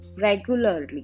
regularly